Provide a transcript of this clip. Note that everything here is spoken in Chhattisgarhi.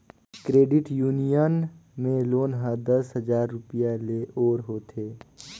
क्रेडिट यूनियन में लोन हर दस हजार रूपिया ले ओर होथे